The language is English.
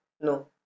no